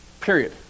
Period